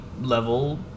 level